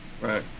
Right